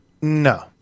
No